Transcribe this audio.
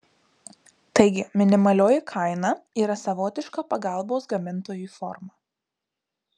taigi minimalioji kaina yra savotiška pagalbos gamintojui forma